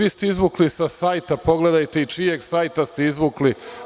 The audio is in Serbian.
Izvukli ste sa sajta, pogledajte i sa čijeg sajta ste izvukli.